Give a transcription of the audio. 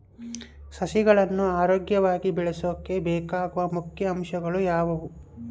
ಸಸಿಗಳನ್ನು ಆರೋಗ್ಯವಾಗಿ ಬೆಳಸೊಕೆ ಬೇಕಾಗುವ ಮುಖ್ಯ ಅಂಶಗಳು ಯಾವವು?